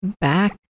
back